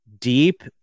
deep